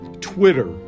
Twitter